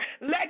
Let